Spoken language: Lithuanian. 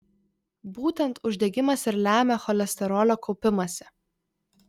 būtent uždegimas ir lemia cholesterolio kaupimąsi